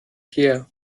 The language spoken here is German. pierre